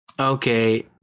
Okay